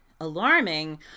alarming